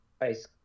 Ice